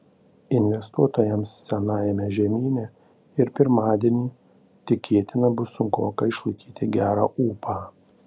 investuotojams senajame žemyne ir pirmadienį tikėtina bus sunkoka išlaikyti gerą ūpą